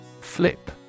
Flip